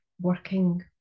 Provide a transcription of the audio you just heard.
working